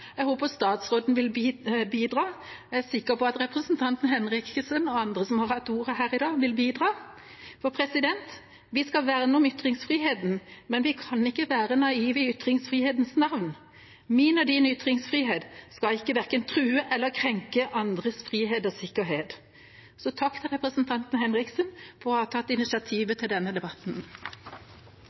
representanten Henriksen og andre som har hatt ordet her i dag, vil bidra. Vi skal verne om ytringsfriheten, men vi kan ikke være naive i ytringsfrihetens navn. Min og din ytringsfrihet skal ikke verken true eller krenke andres frihet og sikkerhet. Så takk til representanten Henriksen for å ha tatt initiativet til denne debatten.